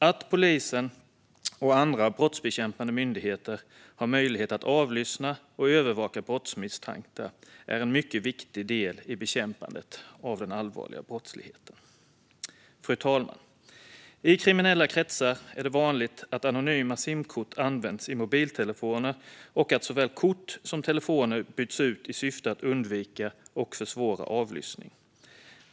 Att polisen och andra brottsbekämpande myndigheter har möjlighet att avlyssna och övervaka brottsmisstänkta är en mycket viktig del i bekämpandet av den allvarliga brottsligheten. Fru talman! I kriminella kretsar är det vanligt att anonyma simkort används i mobiltelefoner och att såväl kort som telefoner byts ut i syfte att undvika och försvåra avlyssning.